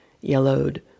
yellowed